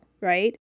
right